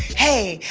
hey,